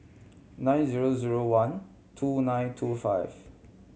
nine zero zero one two nine two five